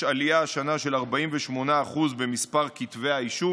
יש השנה עלייה של 48% במספר כתבי האישום,